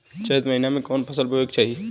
चैत महीना में कवन फशल बोए के चाही?